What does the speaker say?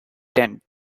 tent